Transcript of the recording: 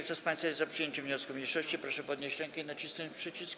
Kto z państwa jest za przyjęciem wniosku mniejszości, proszę podnieść rękę i nacisnąć przycisk.